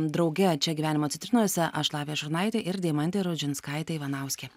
drauge čia gyvenimo citrinose aš lavija šurnaitė ir deimantė rudžinskaitė ivanauskė